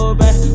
back